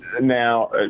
Now